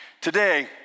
Today